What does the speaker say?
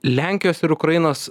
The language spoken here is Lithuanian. lenkijos ir ukrainos